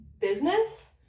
business